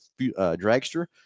dragster